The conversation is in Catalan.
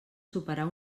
superar